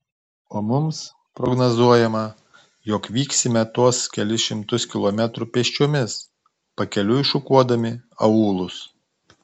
o mums prognozuojama jog vyksime tuos kelis šimtus kilometrų pėsčiomis pakeliui šukuodami aūlus